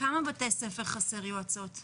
בכמה בתי ספר חסרים יועצות ופסיכולוגיים?